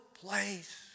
place